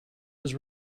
was